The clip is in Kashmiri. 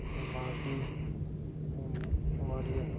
تہٕ باقٕے یِم واریاہ